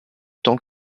tant